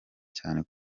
cyane